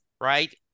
right